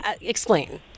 Explain